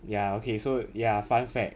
ya okay so ya fun fact